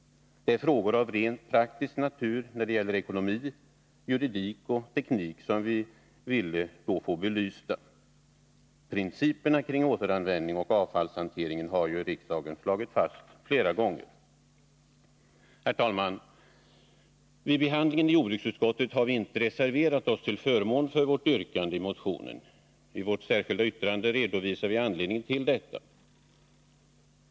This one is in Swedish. Det är frågor av rent praktisk natur när det gäller ekonomi, juridik och teknik som vi vill ha belysta. Principerna kring återanvändning och avfallshantering har ju riksdagen slagit fast flera gånger. Herr talman! Vid behandlingen i jordbruksutskottet har vi inte reserverat oss till förmån för yrkandet i motionen. I vårt särskilda yttrande redovisar vi anledningen till detta.